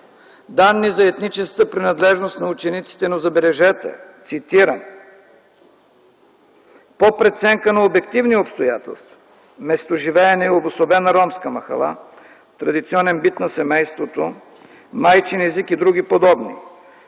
данни за етническата принадлежност на учениците, но забележете, цитирам: „по преценка на обективни обстоятелства, местоживеене и обособена ромска махала, традиционен бит на семейството, майчин език и други подобни”,